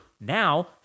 now